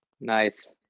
Nice